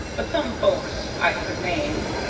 but some folks i could name,